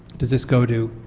does this go to,